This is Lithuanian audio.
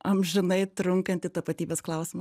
amžinai trunkantį tapatybės klausimą